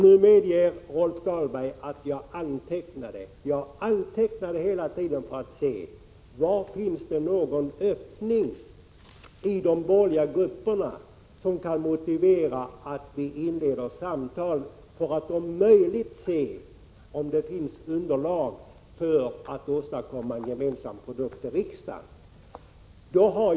Nu medger Rolf Dahlberg att jag förde anteckningar. Jag antecknade hela tiden för att se var det kunde finnas någon öppning hos de borgerliga grupperna som kunde motivera att vi inledde samtal för att se om det möjligen fanns underlag att åstadkomma en gemensam produkt för behandling i riksdagen.